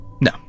No